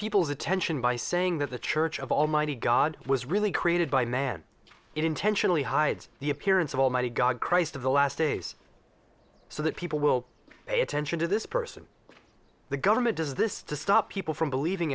people's attention by saying that the church of almighty god was really created by man it intentionally hides the appearance of almighty god christ of the last days so that people will pay attention to this person the government does this to stop people from believing